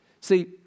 See